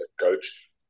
coach